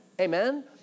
Amen